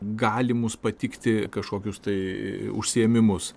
galimus patikti kažkokius tai užsiėmimus